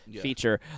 feature